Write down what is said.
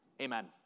Amen